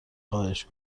خواهش